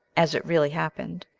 as it really happened,